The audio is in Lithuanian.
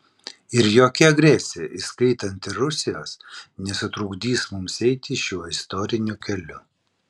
ir jokia agresija įskaitant ir rusijos nesutrukdys mums eiti šiuo istoriniu keliu